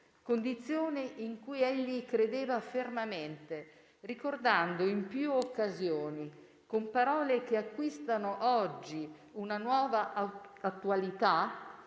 condizione in cui egli credeva fermamente ricordando in più occasioni - con parole che acquistano oggi una nuova attualità